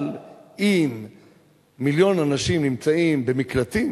אבל אם מיליון אנשים נמצאים במקלטים